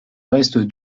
reste